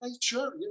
sure